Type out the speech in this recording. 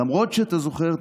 למרות שאתה זוכר,